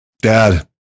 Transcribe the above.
Dad